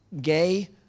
gay